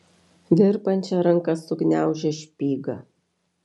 virpančia ranka sugniaužė špygą